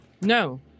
no